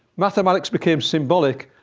mathematics became symbolic,